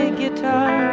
guitar